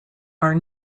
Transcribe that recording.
are